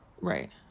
Right